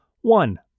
One